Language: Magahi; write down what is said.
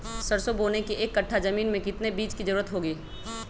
सरसो बोने के एक कट्ठा जमीन में कितने बीज की जरूरत होंगी?